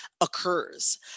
occurs